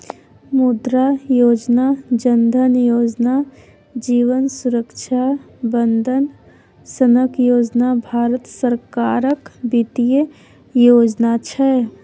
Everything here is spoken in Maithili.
मुद्रा योजना, जन धन योजना, जीबन सुरक्षा बंदन सनक योजना भारत सरकारक बित्तीय योजना छै